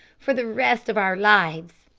for the rest of our lives.